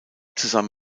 zusammen